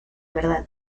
verdad